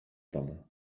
domu